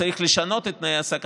חבר הכנסת פורר,